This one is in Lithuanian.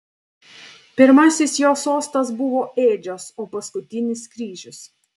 pirmasis jo sostas buvo ėdžios o paskutinis kryžius